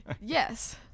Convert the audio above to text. yes